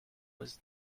was